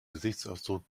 gesichtsausdruck